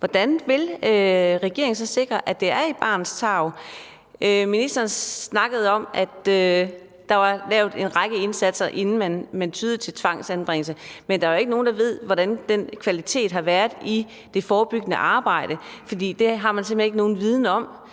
hvordan regeringen så vil sikre, at det er i barnets tarv? Ministeren snakkede om, at der var lavet en række indsatser, inden man tyede til tvangsanbringelse, men der er jo ikke nogen, der ved, hvordan den kvalitet har været i det forebyggende arbejde, for det har man simpelt hen ikke nogen viden om,